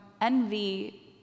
envy